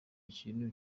ikintu